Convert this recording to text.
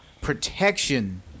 protection